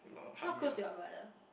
not close to your brother